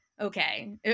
okay